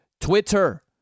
Twitter